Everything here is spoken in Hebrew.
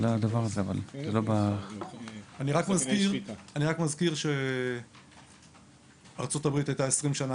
אני רק מזכיר שארצות-הברית הייתה 20 שנה